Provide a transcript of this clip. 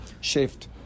shift